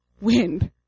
wind